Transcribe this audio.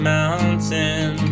Mountain